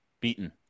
beaten